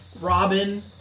Robin